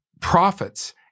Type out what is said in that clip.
prophets